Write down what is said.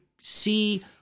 see